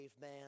man